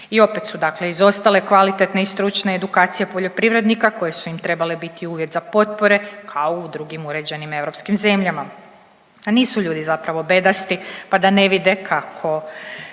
i opet su dakle, izostale kvalitetne i stručne edukacije poljoprivrednika koji su im trebali biti uvjet za potpore kao u drugim uređenim europskim zemljama. A nisu ljudi zapravo bedasti pa da ne vide kako